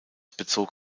bezog